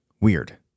Weird